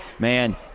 Man